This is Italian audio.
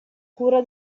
cura